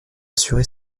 assuré